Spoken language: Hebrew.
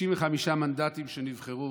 65 מנדטים שנבחרו